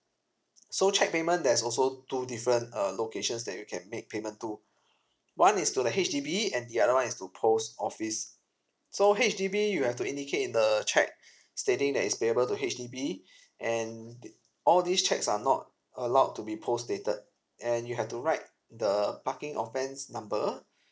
so cheque payment there's also two different uh locations that you can make payment to one is to the H_D_B and the other [one] is to post office so H_D_B you have to indicate in the cheque stating that it's payable to H_D_B and the~ all these cheques are not allowed to be postdated and you have to write the parking offence number